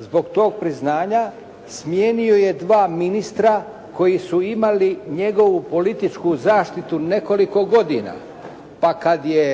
Zbog tog priznanja smijenio je dva ministra koji su imali njegovu političku zaštitu nekoliko godina, pa kad je